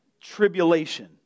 tribulation